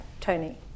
Tony